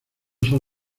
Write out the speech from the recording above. son